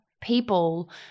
people